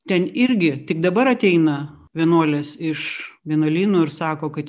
ten irgi tik dabar ateina vienuolės iš vienuolyno ir sako kad